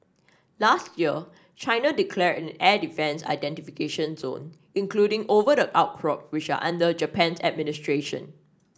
last year China declared an air defence identification zone including over the outcrop which are under Japan's administration